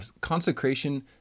consecration